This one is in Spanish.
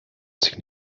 sin